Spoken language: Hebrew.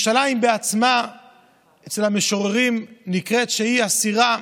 אצל המשוררים ירושלים בעצמה נקראת אסירה,